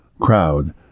crowd